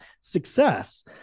success